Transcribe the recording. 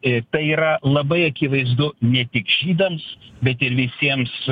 ir tai yra labai akivaizdu ne tik žydams bet ir visiems